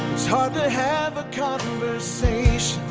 it's hard to have a conversation.